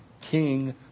King